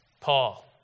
Paul